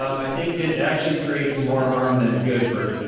um i think it actually creates more harm than good for,